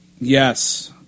yes